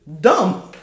dumb